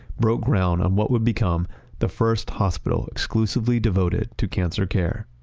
broke ground on what would become the first hospital exclusively devoted to cancer care.